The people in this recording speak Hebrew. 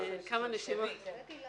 וטור